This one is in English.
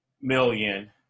million